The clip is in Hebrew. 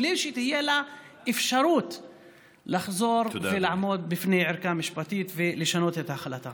בלי שתהיה לה אפשרות לחזור ולעמוד בפני ערכאה משפטית ולשנות את ההחלטה?